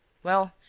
well,